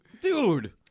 Dude